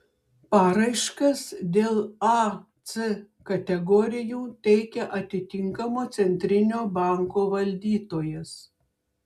paraiškas dėl a c kategorijų teikia atitinkamo centrinio banko valdytojas